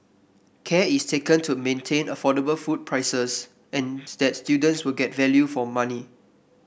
care is taken to maintain affordable food prices and that students will get value for money